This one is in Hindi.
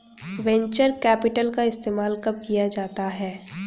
वेन्चर कैपिटल का इस्तेमाल कब किया जाता है?